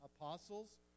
apostles